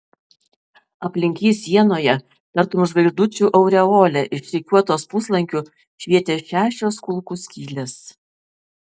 aplink jį sienoje tartum žvaigždučių aureolė išrikiuotos puslankiu švietė šešios kulkų skylės